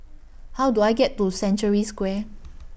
How Do I get to Century Square